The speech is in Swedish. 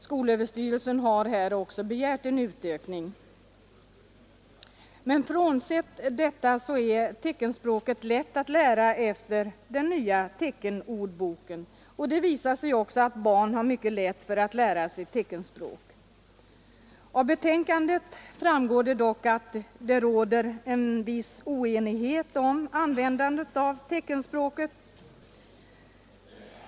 Skolöverstyrelsen har också begärt en utökning. Teckenspråket är lätt att lära efter den nya teckenordboken. Det visar sig också att barn har mycket lätt för att lära sig teckenspråk. Av betänkandet framgår att det råder en viss oenighet om nyttan av användandet av teckenspråket.